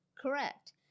Correct